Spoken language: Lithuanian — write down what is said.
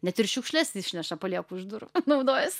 net ir šiukšles išneša palieku už durų naudojuos